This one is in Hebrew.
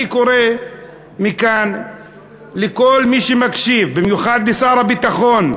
אני קורא מכאן לכל מי שמקשיב, במיוחד לשר הביטחון.